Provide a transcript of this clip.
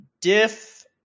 diff